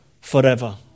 forever